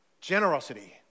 Generosity